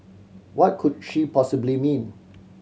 what could she possibly mean